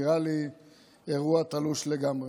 נראה לי אירוע תלוש לגמרי.